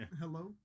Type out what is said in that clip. hello